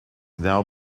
now